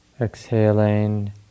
Exhaling